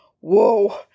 Whoa